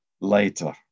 later